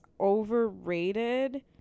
overrated